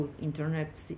internet